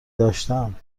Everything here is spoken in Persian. داشتن